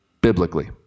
biblically